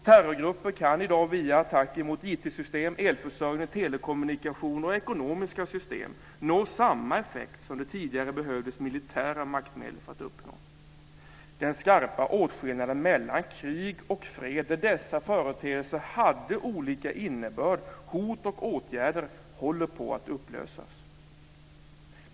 Terrorgrupper kan i dag via attacker mot IT system, elförsörjning, telekommunikationer och ekonomiska system nå samma effekt som det tidigare behövdes militära maktmedel för att uppnå. Den skarpa åtskillnaden mellan krig och fred, där dessa företeelser hade olika innebörd, hot och åtgärder, håller på att upplösas.